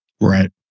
Right